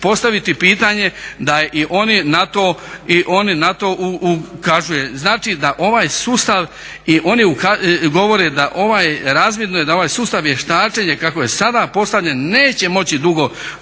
postaviti pitanje da i oni na to ukažu, znači da ovaj sustav i oni govore da ovaj, razvidno je da ovaj sustav vještačenja kako je sada postavljen neće moći dugo